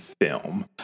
film